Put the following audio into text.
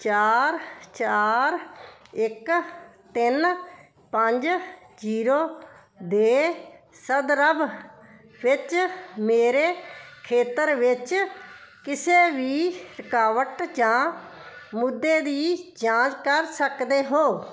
ਚਾਰ ਚਾਰ ਇੱਕ ਤਿੰਨ ਪੰਜ ਜੀਰੋ ਦੇ ਸੰਦਰਭ ਵਿੱਚ ਮੇਰੇ ਖੇਤਰ ਵਿੱਚ ਕਿਸੇ ਵੀ ਰੁਕਾਵਟ ਜਾਂ ਮੁੱਦੇ ਦੀ ਜਾਂਚ ਕਰ ਸਕਦੇ ਹੋ